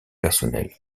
personnel